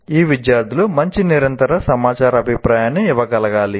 ఈ విద్యార్థులు మంచి నిరంతర సమాచార అభిప్రాయాన్ని ఇవ్వగలగాలి